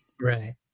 Right